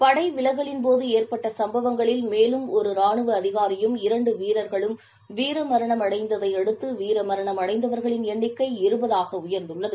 படைவிலகலின் போது ஏற்பட்ட சம்பவங்களில் மேலும் ஒரு ரானுவ அதிகாரியும் இரண்டு வீரர்களும் வீரமரணமடைந்ததையடுத்து வீர மரணம் அடைந்தவர்களின் எண்ணிக்கை இருபதாக உயர்ந்துள்ளது